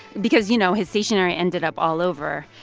because, you know, his stationery ended up all over,